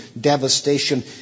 devastation